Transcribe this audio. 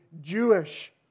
Jewish